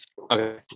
Okay